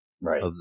Right